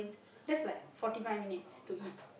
that's like forty five minutes to eat